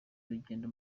urugendo